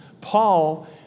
Paul